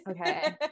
okay